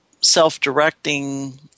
self-directing